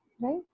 Right